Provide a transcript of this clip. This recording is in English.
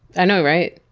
i know, right?